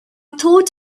thought